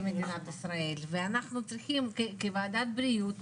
מדינת ישראל ואנחנו צריכים כוועדת בריאות,